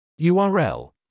url